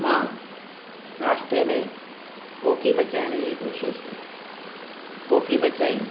मां नाश्ते में कोकी पचाइण जी कोशिशि कई कोकी पचाइयूंं